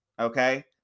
Okay